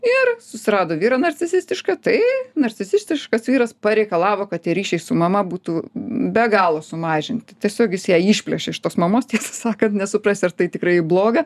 ir susirado vyrą narcisistišką tai narcisistiškas vyras pareikalavo kad tie ryšiai su mama būtų be galo sumažinti tiesiog jis ją išplėšė iš tos mamos tiesą sakant nesuprasi ar tai tikrai į bloga